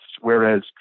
Whereas